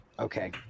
Okay